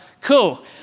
cool